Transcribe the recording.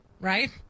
right